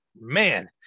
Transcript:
man